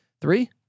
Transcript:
three